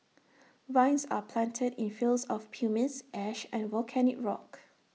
vines are planted in fields of pumice ash and volcanic rock